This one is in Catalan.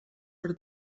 per